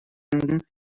kabelenden